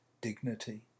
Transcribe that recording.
dignity